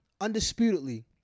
undisputedly